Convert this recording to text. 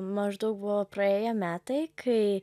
maždaug buvo praėję metai kai